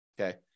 okay